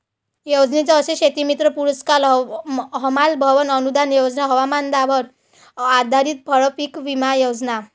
योजने जसे शेतीमित्र पुरस्कार, हमाल भवन अनूदान योजना, हवामानावर आधारित फळपीक विमा योजना